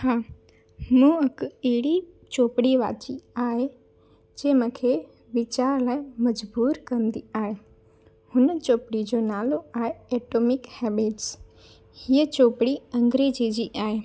हा मूं वटि अहिड़ी चोपड़ी वाची आहे जे मूंखे वीचार लाइ मजबूरु कंदी आहे हुन चोपड़ीअ जो नालो आहे एटोमिक हैबिट्स हीअ चोपड़ी अंग्रेजी जी आहे